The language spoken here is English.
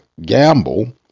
Gamble